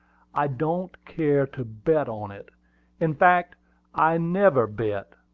i don't care to bet on it in fact i never bet,